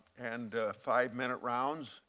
and five-minute rounds.